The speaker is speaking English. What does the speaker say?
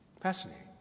Fascinating